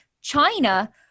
china